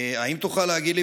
האם תוכל להגיד לי,